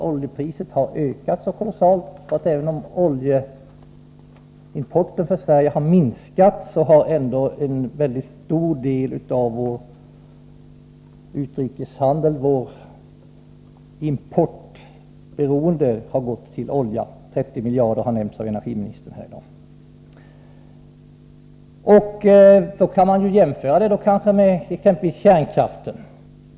Oljepriset har ökat så kolossalt att även om den svenska oljeimporten har minskat har ändå en stor del av våra importkostnader gått till oljan — 30 miljarder har nämnts av energiministern här i dag. Detta kan man jämföra med exempelvis kärnkraften.